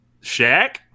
Shaq